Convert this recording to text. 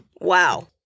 Wow